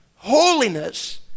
Holiness